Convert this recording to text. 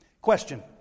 Question